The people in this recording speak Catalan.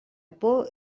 por